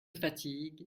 fatigue